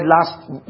last